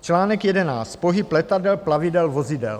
Článek 11. Pohyb letadel, plavidel, vozidel.